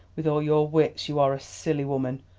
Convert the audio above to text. with all your wits you are a silly woman!